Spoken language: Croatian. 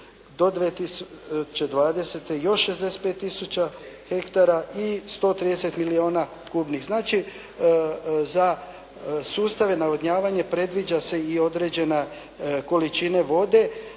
Do 2020. još 65 tisuća hektara i 130 milijuna kubnih. Znači za sustave navodnjavanja predviđa se i određena količina vode.